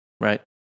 Right